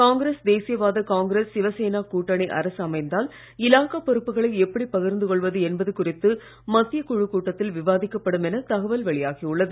காங்கிரஸ் தேசிய வாத காங்கிரஸ் சிவசேனா கூட்டணி அரசு அமைந்தால் இலாகா பொறுப்புகளை எப்படி பகிர்ந்து கொள்வது என்பது குறித்து மத்தியக் குழுக் கூட்டத்தில் விவாதிக்கப்படும் என தகவல் வெளியாகி உள்ளது